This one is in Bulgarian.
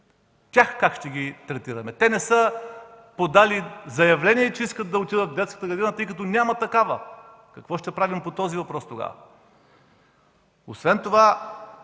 Тях как ще ги третираме?! Тези деца въобще не са подали заявление, че искат да отидат в детска градина, тъй като няма такава. Какво ще правим по този въпрос тогава? Поне от